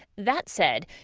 that said,